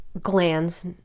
glands